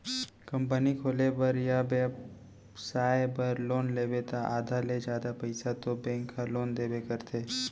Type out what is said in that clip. company खोले बर या बेपसाय बर लोन लेबे त आधा ले जादा पइसा तो बेंक ह लोन देबे करथे